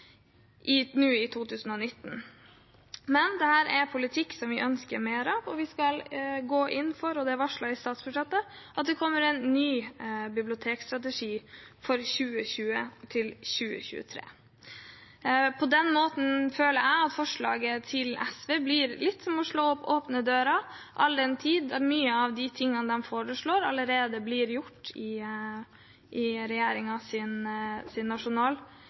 nå i 2019, men dette er politikk vi ønsker mer av, og vi skal gå inn for – det er varslet i statsbudsjettet – at det kommer en ny bibliotekstrategi for 2020–2023. På den måten føler jeg at forslaget til SV blir litt som å slå inn åpne dører, all den tid mange av de tingene de foreslår, allerede blir gjort i